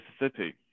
Mississippi